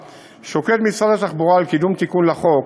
שוקד משרד התחבורה על קידום תיקון לחוק,